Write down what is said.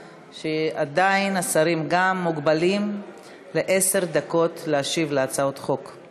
שעדיין גם השרים מוגבלים לעשר דקות להשיב על הצעות חוק.